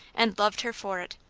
and loved her for it,